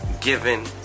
given